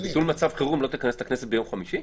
לביטול מצב חירום לא תכנס את הכנסת ביום חמישי?